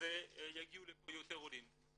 אז יגיעו לפה יותר עולים.